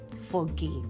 Forgive